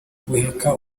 guheka